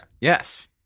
Yes